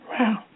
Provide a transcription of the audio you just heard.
Wow